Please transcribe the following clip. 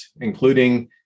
including